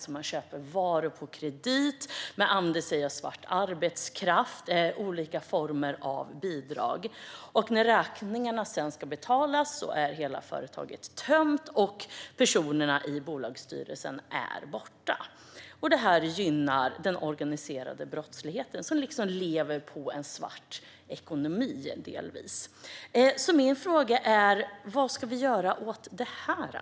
Gängen kan till exempel köpa varor på kredit eller använda sig av svart arbetskraft eller olika former av bidrag. När räkningarna sedan ska betalas är hela företaget tömt och personerna i bolagsstyrelsen borta. Detta gynnar den organiserade brottsligheten, som delvis lever på en svart ekonomi. Min fråga är: Vad ska vi göra åt detta?